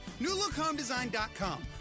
Newlookhomedesign.com